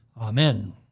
Amen